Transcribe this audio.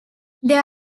there